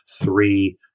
three